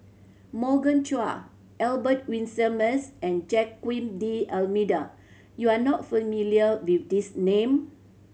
Morgan Chua Albert Winsemius and Joaquim D'Almeida you are not familiar with these name